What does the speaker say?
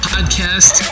Podcast